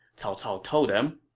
cao cao told them.